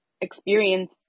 experience